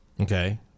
okay